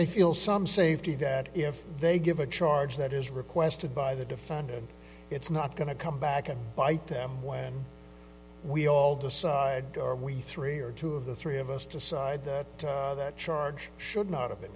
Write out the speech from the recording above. they feel some safety that if they give a charge that is requested by the defendant it's not going to come back and bite them when we all decide are we three or two of the three of us decide that that charge should not have